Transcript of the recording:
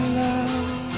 love